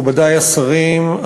מכובדי השרים,